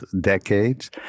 decades